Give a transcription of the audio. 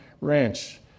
Ranch